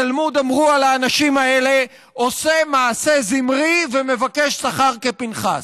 בתלמוד אמרו על האנשים האלה: עושה מעשה זמרי ומבקש שכר כפינחס.